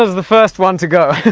the first one to go!